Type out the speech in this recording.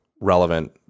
relevant